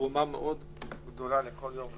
תרומה גדולה לכל יו"ר ועדה.